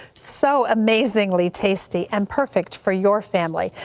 so amazingly tasty, and perfect for your family.